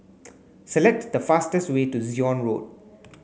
Select the fastest way to Zion Road